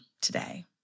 today